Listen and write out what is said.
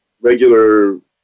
regular